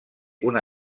una